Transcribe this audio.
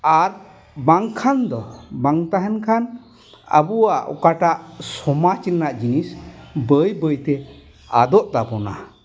ᱟᱨ ᱵᱟᱝᱠᱷᱟᱱ ᱫᱚ ᱵᱟᱝ ᱛᱟᱦᱮᱱ ᱠᱷᱟᱱ ᱟᱵᱚᱣᱟᱜ ᱚᱠᱟᱴᱟᱜ ᱥᱚᱢᱟᱡᱽ ᱨᱮᱱᱟᱜ ᱡᱤᱱᱤᱥ ᱵᱟᱹᱭ ᱵᱟᱹᱭ ᱛᱮ ᱟᱫᱚᱜ ᱛᱟᱵᱚᱱᱟ